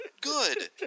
good